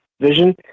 vision